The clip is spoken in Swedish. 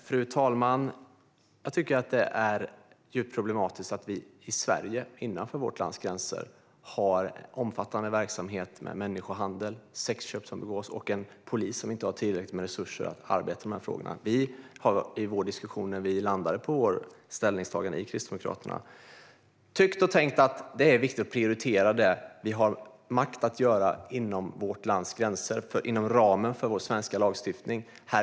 Fru talman! Jag tycker att det är djupt problematiskt att vi i Sverige, innanför vårt lands gränser, har en omfattande verksamhet med människohandel och sexköp och en polis som inte har tillräckligt med resurser att arbeta med dessa frågor. När vi i Kristdemokraterna efter diskussion landade i vår ståndpunkt tyckte och tänkte vi att det är viktigt att prioritera det vi har makt att göra inom vårt lands gränser och inom ramen för svensk lagstiftning.